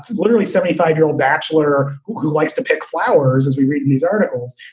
literally. seventy five year old bachelor who who likes to pick flowers as we read these articles,